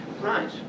right